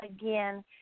Again